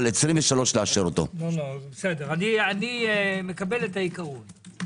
אבל לאשר את 23'. אני מקבל את העיקרון.